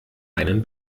einen